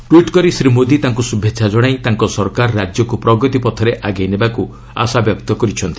tweet କରି ଶ୍ରୀ ମୋଦି ତାଙ୍କୁ ଶ୍ରଭେଛା ଜଣାଇ ତାଙ୍କ ସରକାର ରାଜ୍ୟକୁ ପ୍ରଗତି ପଥରେ ଆଗେଇ ନେବାକୁ ଆଶାବ୍ୟକ୍ତ କରିଛନ୍ତି